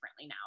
now